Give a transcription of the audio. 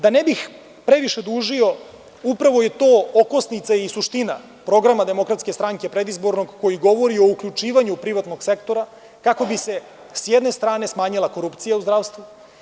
Da ne bih previše dužio, upravo je to okosnica i suština predizbornog programa DS, koji govori o uključivanju privatnog sektora, kako bi se s jedne strane smanjila korupcija u zdravstvu.